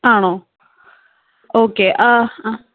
ആണോ ഓക്കെ ആ അ